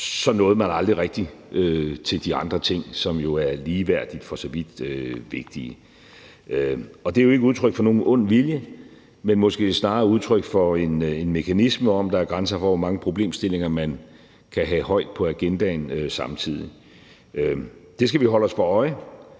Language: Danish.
så aldrig rigtig nåede til de andre ting, som jo for så vidt er ligeværdigt vigtige. Og det er jo ikke et udtryk for nogen ond vilje, men måske snarere et udtryk for en mekanisme om, at der er grænser for, hvor mange problemstillinger man kan have højt oppe på agendaen samtidig. Det skal vi holde os for øje,